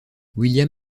william